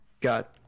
got